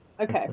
Okay